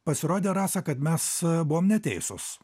pasirodė rasa kad mes buvom neteisūs